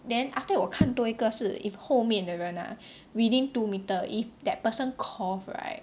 then after that 我看多一个是 if 后面的人 ah within two metre if that person cough right